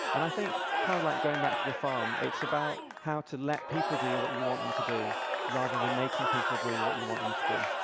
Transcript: and i think, kind of like going back to the farm, it's about how to let people do what you want them to do rather than making people do what you want them to do.